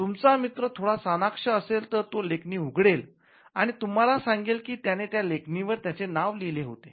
तुमचा मित्र थोडा चाणाक्ष असेल तर तो लेखणी उघडेल आणि तुम्हाला सांगेल की त्याने त्या लेखणीवर त्याचे नाव लिहिलेले होते